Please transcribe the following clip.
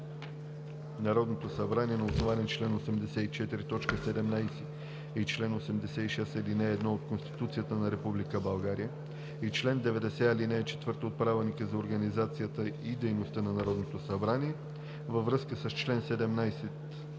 Народното събрание на основание чл. 84, т. 17 и чл. 86, ал. 1 от Конституцията на Република България и чл. 90, ал. 4 от Правилника за организацията и дейността на Народното събрание, във връзка с чл. 17,